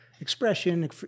expression